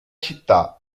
città